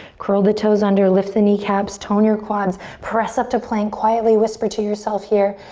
curl the toes under, lift the kneecaps, tone your quads, press up to plank, quietly whisper to yourself here,